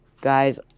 Guys